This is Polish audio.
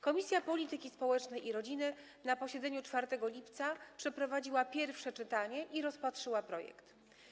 Komisja Polityki Społecznej i Rodziny na posiedzeniu 4 lipca przeprowadziła pierwsze czytanie i rozpatrzyła projekt.